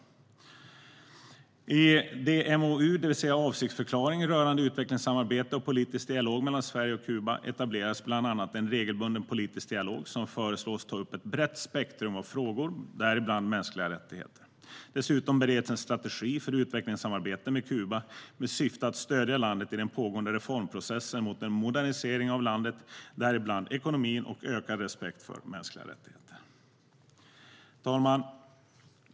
I MoU, det vill säga avsiktsförklaring rörande utvecklingssamarbete och politisk dialog mellan Sverige och Kuba, etableras bland annat en regelbunden politisk dialog som föreslås ta upp ett brett spektrum av frågor, däribland mänskliga rättigheter. Dessutom bereds en strategi för utvecklingssamarbete med Kuba med syfte att stödja landet i den pågående reformprocessen mot en modernisering av landet, däribland ekonomin, och ökad respekt för mänskliga rättigheter. Herr talman!